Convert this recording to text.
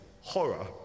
Horror